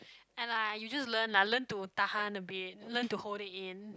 and like you just learn lah learn to tahan a bit learn to hold it in